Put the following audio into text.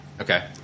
okay